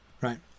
right